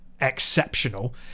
exceptional